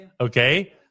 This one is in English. okay